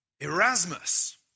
Erasmus